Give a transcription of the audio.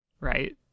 right